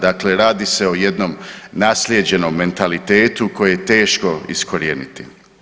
Dakle, radi se o jednom naslijeđenom mentalitetu koji je teško iskorijeniti.